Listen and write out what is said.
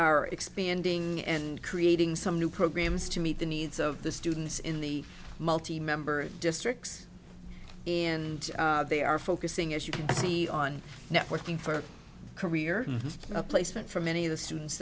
are expanding and creating some new programs to meet the needs of the students in the multi member districts and they are focusing as you can see on networking for career placement for many of the students